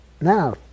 Now